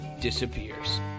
disappears